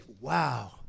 wow